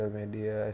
media